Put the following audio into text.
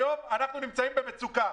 היום אנחנו נמצאים במצוקה.